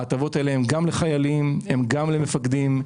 ההטבות האלו הן גם לחיילים וגם למפקדים.